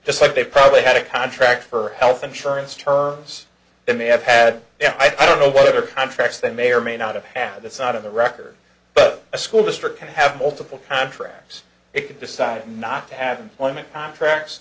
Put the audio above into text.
just like they probably had a contract for health insurance terms they may have had i don't know what other contracts they may or may not have had this out of the record but a school district can have multiple contractors it could decide not to have employment contracts